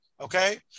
Okay